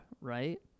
right